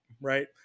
right